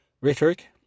rhetoric